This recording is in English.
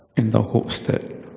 in the hopes that